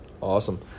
Awesome